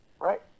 Right